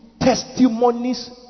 testimonies